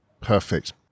Perfect